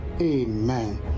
amen